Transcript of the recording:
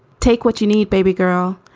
take what you need, baby girl.